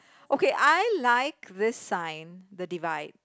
okay I like this sign the divide